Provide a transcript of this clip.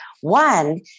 One